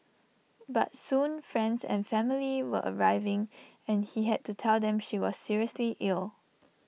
but soon friends and family were arriving and he had to tell them she was seriously ill